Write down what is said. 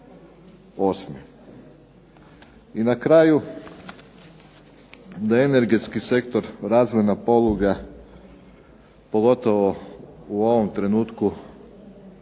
I na kraju da je energetski sektor razvojna poluga pogotovo u ovom trenutku